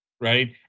right